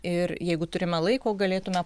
ir jeigu turime laiko galėtume